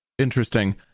interesting